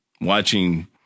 watching